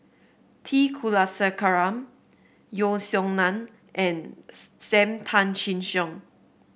T Kulasekaram Yeo Song Nian and Sam Tan Chin Siong